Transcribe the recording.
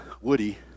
Woody